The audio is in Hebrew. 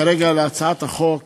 כרגע להצעת החוק